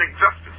justice